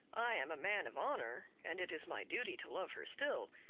i am a man of honour, and it is my duty to love her still.